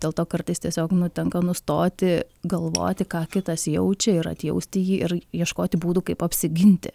dėl to kartais tiesiog nu tenka nustoti galvoti ką kitas jaučia ir atjausti jį ir ieškoti būdų kaip apsiginti